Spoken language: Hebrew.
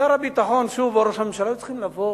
שר הביטחון, או ראש הממשלה, היו צריכים לבוא